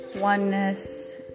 oneness